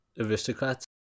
aristocrats